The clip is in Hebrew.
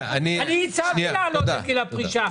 אני הצעתי להעלות את גיל הפרישה.